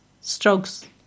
strokes